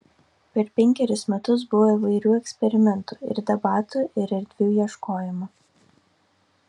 per penkerius metus buvo įvairių eksperimentų ir debatų ir erdvių ieškojimo